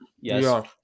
Yes